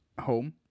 home